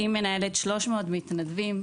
היא מנהלת 300 מתנדבים,